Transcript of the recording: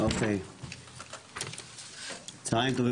צהריים טובים.